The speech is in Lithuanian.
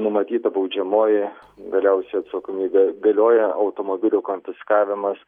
numatyta baudžiamoji galiausia atsakomybė galioja automobilio konfiskavimas